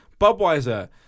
Budweiser